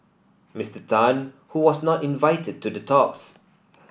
Mister Tan who was not invited to the talks